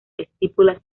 estípulas